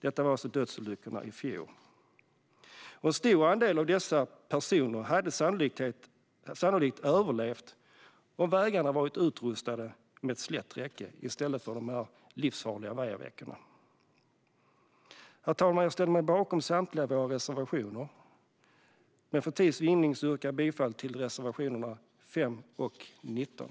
Detta var alltså dödsolyckorna ifjor. En stor andel av dessa personer hade sannolikt överlevt om vägarna hade varit utrustade med ett slätt räcke i stället för med dessa livsfarliga vajerräcken. Herr talman! Jag står bakom samtliga av våra reservationer, men för tids vinnande yrkar jag bifall enbart till reservationerna 5 och 19.